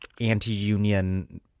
anti-union